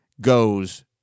goes